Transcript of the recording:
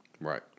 Right